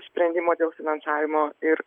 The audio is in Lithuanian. sprendimo dėl finansavimo ir